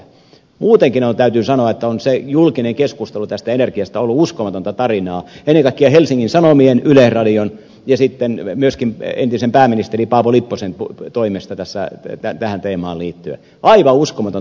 muutenkin täytyy sanoa että on se julkinen keskustelu tästä energiasta ollut uskomatonta tarinaa ennen kaikkea helsingin sanomien yleisradion ja sitten myöskin entisen pääministerin paavo lipposen toimesta tähän teemaan liittyen aivan uskomatonta teemaa